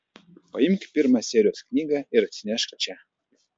paimk pirmą serijos knygą ir atsinešk čia